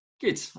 Good